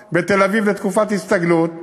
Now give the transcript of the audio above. בתל-אביב, תקופת הסתגלות?